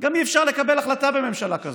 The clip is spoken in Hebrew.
גם אי-אפשר לקבל החלטה בממשלה כזאת?